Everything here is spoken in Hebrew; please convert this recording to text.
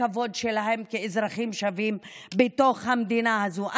הכבוד שלהן כאזרחים שווים בתוך המדינה הזו.